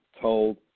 told